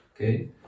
Okay